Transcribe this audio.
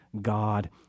God